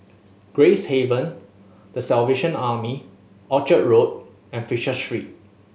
Gracehaven The Salvation Army Orchard Road and Fisher Street